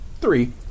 Three